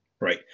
Right